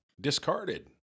discarded